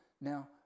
Now